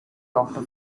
doctor